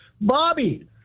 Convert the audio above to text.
Bobby